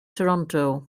toronto